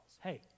Hey